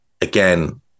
again